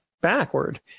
backward